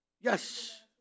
Yes